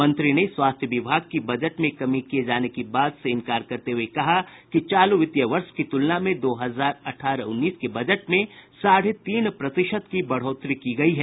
मंत्री ने स्वास्थ्य विभाग की बजट में कमी किये जाने की बात से इंकार करते हुए कहा कि चालू वित्तीय वर्ष की तुलना में दो हजार अठारह उन्नीस के बजट में साढ़े तीन प्रतिशत की बढ़ोतरी की गयी है